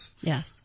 Yes